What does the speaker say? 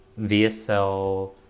vsl